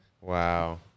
Wow